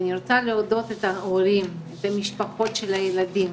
אני רוצה להודות להורים, למשפחות של הילדים